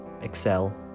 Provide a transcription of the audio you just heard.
Excel